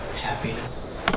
happiness